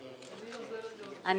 במכרז של רכבת תל אביב,